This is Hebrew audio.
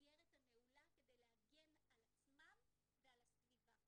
המסגרת הנעולה כדי להגן על עצמם ועל הסביבה.